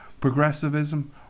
progressivism